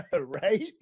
right